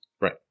Right